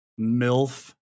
MILF